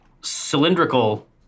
cylindrical